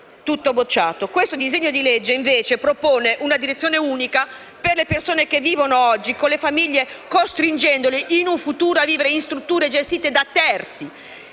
Questo disegno di legge, invece, propone una direzione unica per le persone che vivono oggi con le famiglie, costringendole in un futuro a vivere in strutture gestite da terzi.